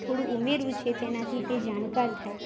થોડું ઉમેરવું છે તેનાથી તે જાણકાર થાય